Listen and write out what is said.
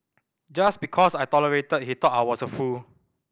just because I tolerated he thought I was a fool